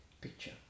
picture